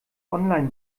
online